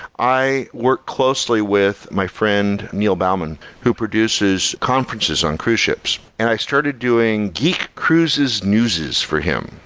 i worked closely with my friend, neil bauman, who produces conferences on cruise ships, and i started doing geek cruises news is for him,